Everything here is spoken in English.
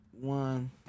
one